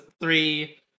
three